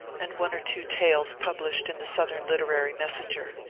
and one or two tales published in the southern literary messenger.